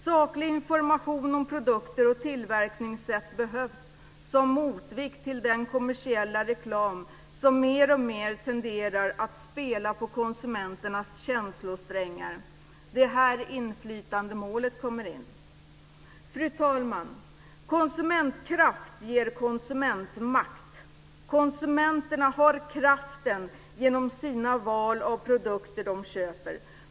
Saklig information om produkter och tillverkningssätt behövs som motvikt till den kommersiella reklam som mer och mer tenderar att spela på konsumenternas känslosträngar. Det är här inflytandemålet kommer in. Fru talman! Konsumentkraft ger konsumentmakt. Konsumenterna har kraften genom sina val av produkter de köper.